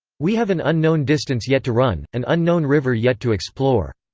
we have an unknown distance yet to run an unknown river yet to explore.